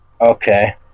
Okay